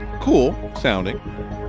cool-sounding